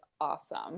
awesome